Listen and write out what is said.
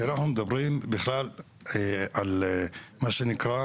כי אנחנו מדברים בכלל על מה שנקרא